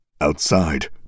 Outside